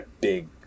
big